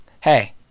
hey